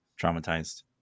traumatized